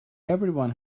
everyone